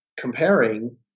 comparing